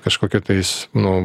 kažkokie tais nu